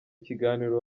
kiganiro